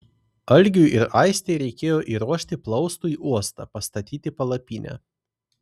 algiui ir aistei reikėjo įruošti plaustui uostą pastatyti palapinę